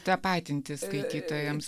tapatintis skaitytojams